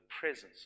presence